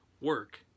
work